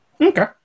Okay